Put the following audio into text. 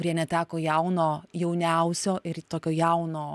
kurie neteko jauno jauniausio ir tokio jauno